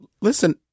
Listen